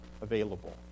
available